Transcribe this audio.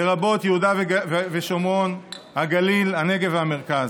לרבות ביהודה ושומרון, בגליל, בנגב ובמרכז,